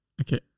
Okay